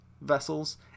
vessels